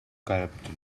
corrupted